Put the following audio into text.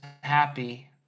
happy